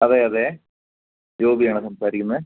അതെ അതെ ജോബിയാണ് സംസാരിക്കുന്നത്